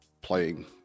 playing